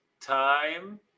time